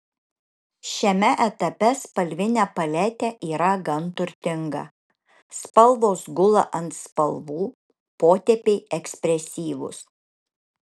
šiame etape spalvinė paletė yra gan turtinga spalvos gula ant spalvų potėpiai ekspresyvūs